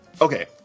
okay